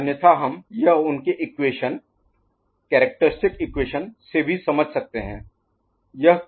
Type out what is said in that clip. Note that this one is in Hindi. अन्यथा हम यह उनके इक्वेशन कैरेक्टरिस्टिक इक्वेशन से भी समझ सकते हैं